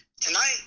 Tonight